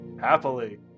happily